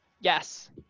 Yes